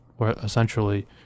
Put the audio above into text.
essentially